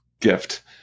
gift